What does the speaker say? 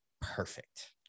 perfect